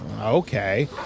Okay